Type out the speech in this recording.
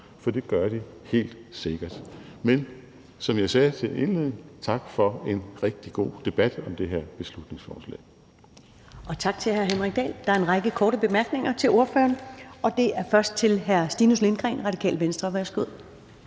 for det gør de helt sikkert. Men som jeg sagde til indledning: Tak for en rigtig god debat om det her beslutningsforslag. Kl. 13:28 Første næstformand (Karen Ellemann): Tak til hr. Henrik Dahl. Der er en række korte bemærkninger til ordføreren, og den første er fra hr. Stinus Lindgreen, Radikale Venstre. Værsgo.